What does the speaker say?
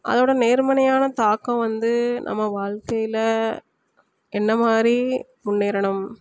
அதோட நேர்மனையான தாக்கம் வந்து நம்ம வாழ்க்கையில் என்ன மாதிரி முன்னேறணும்